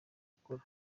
gukora